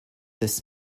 this